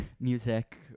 music